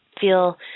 feel